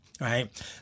right